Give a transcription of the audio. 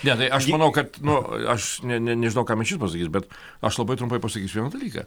ne tai aš manau kad nu aš ne ne nežinau kam išvis pasakysiu bet aš labai trumpai pasakysiu vieną dalyką